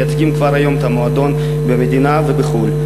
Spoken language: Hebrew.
מייצגים כבר היום את המועדון במדינה ובחו"ל,